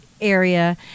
area